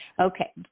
Okay